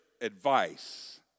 Advice